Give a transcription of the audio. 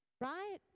right